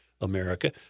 America